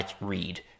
read